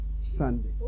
Sunday